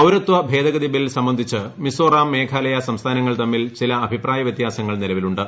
പൌരത്വ ഭേദഗതി ബിൽ സംബന്ധിച്ച് മിസോറാം മേഘാലയ സംസ്ഥാനങ്ങൾ തമ്മിൽ ചില അഭിപ്രായ വൃത്യാസങ്ങൾ നിലവിലുണ്ട്